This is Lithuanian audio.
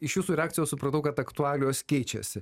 iš jūsų reakcijos supratau kad aktualijos keičiasi